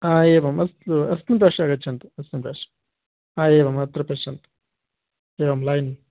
हा एवम् अस्तु अस्मिन् पार्श्वे आगच्छन्तु अस्मिन् पार्श्वे हा एवम् अत्र पश्यन्तु एवं लैन्